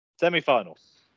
semi-finals